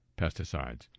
pesticides